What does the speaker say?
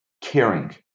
caring